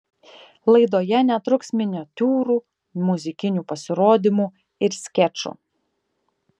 laidoje netruks miniatiūrų muzikinių pasirodymų ir skečų